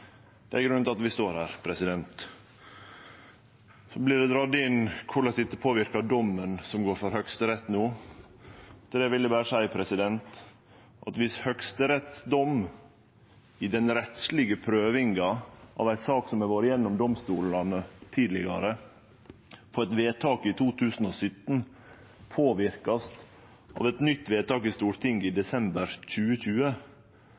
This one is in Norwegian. Det er grunnen til at vi står her. Så vert det dratt inn korleis dette påverkar domen i saka som går for Høgsterett no. Til det vil eg berre seie at om domen frå Høgsterett i den rettslege prøvinga av ei sak som har vore gjennom domstolane tidlegare, ut frå eit vedtak i 2017, blir påverka av eit nytt vedtak i Stortinget i desember 2020,